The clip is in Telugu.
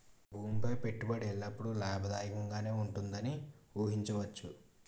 భూమి పై పెట్టుబడి ఎల్లప్పుడూ లాభదాయకంగానే ఉంటుందని ఊహించవచ్చు